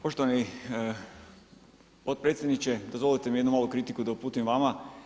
Poštovani potpredsjedniče, dozvolite mi jednu malu kritiku da uputim vama.